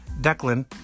Declan